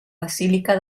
basílica